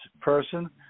person